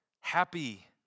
Happy